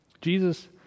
Jesus